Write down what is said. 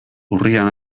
urrian